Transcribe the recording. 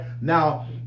now